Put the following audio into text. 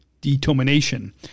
determination